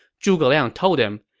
zhuge liang told him,